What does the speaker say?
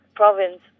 province